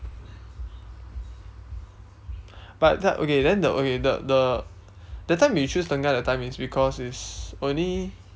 but then okay then the okay the the that time we choose tengah that time is because it's only